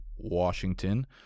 Washington